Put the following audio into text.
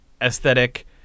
aesthetic